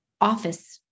office